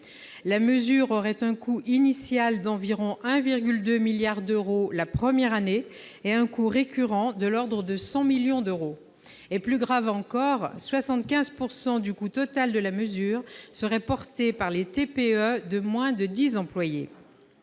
La mesure aurait un coût initial d'environ 1,2 milliard d'euros la première année, et un coût récurrent de l'ordre de 100 millions d'euros. Plus grave encore, 75 % du coût total de la mesure serait assumé par les TPE de moins de 10 employés.